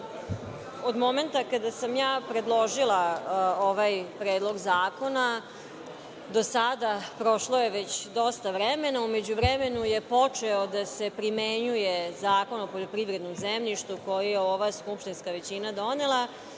momenta kada sam predložila ovaj predlog zakona do sada, prošlo je već dosta vremena. U međuvremenu je počeo da se primenjuje Zakon o poljoprivrednom zemljištu, koji je ova skupštinska većina donela.